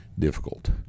difficult